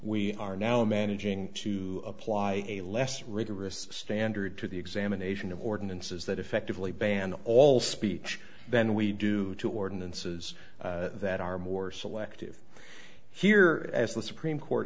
we are now managing to apply a less rigorous standard to the examination of ordinances that effectively banned all speech then we do two ordinances that are more selective here as the supreme court